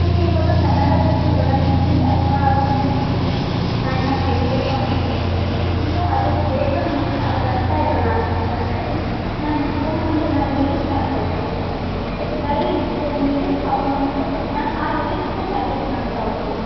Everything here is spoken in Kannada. ನನಗೆ ಇವಾಗ ಕನ್ನಡ ಬಿಟ್ಟು ಇವಾಗ ಹಿಂದಿ ಅಥವಾ ಇಂಗ್ಲಿಷ್ ಹಾಡನ್ನ ಕೇಳಬೇಕು ಅನ್ನೋ ಸಂದರ್ಭದಲ್ಲಿ ನನಗಿನ್ನೂ ಅದು ಬೇಗ ನನಗೆ ಬರ್ತಾ ಇರೋಲ್ಲ ಅನ್ನೋ ಸಂದರ್ಭದಲ್ಲಿ ನಾನು ಫೋನ್ನಲ್ಲಿ ನಾನು ಲಿರಿಕ್ಸ್ ಹಾಕ್ಕೊಳ್ತೀನಷ್ಟೆ ಬರಿ ಲಿರಿಕ್ಸ್ ಹಾಕೊಂಡುಬಿಟ್ಟು ನಾನು ಆ ಲಿರಿಕ್ಸನ್ನ ಪ್ರಾಕ್ಟಿಸ್ ಮಾಡ್ತಾ ಹೋಗ್ತೀನಿ